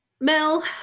Mel